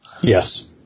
Yes